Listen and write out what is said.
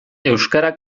euskara